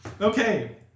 Okay